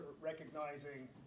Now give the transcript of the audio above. recognizing